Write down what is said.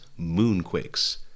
moonquakes